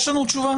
יש לכם תשובה?